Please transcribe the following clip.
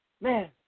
Man